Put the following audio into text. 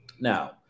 Now